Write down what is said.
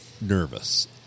nervous